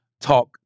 talk